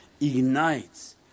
ignites